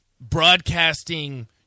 broadcasting